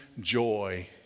joy